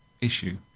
issue